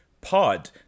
pod